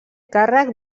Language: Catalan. càrrec